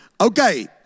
Okay